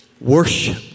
worship